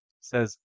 says